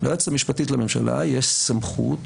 ליועצת המשפטית לממשלה יש סמכות